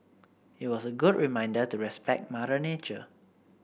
it was a good reminder to respect Mother Nature